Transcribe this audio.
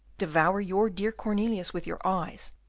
devour your dear cornelius with your eyes.